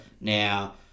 Now